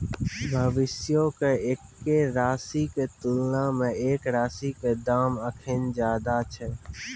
भविष्यो मे एक्के राशि के तुलना मे एक राशि के दाम अखनि ज्यादे छै